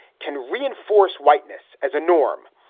can reinforce whiteness as a norm,